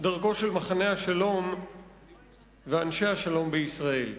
דרכם של מחנה השלום ואנשי השלום בישראל.